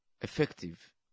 effective